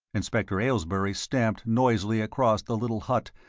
inspector aylesbury stamped noisily across the little hut,